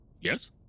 Yes